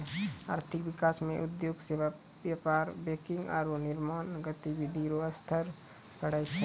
आर्थिक विकास मे उद्योग सेवा व्यापार बैंकिंग आरू निर्माण गतिविधि रो स्तर बढ़ै छै